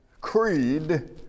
creed